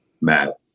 Matt